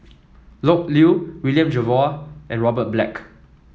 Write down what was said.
Loke Yew William Jervoi and Robert Black